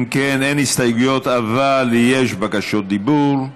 אם כן, אין הסתייגויות אבל יש בקשות דיבור.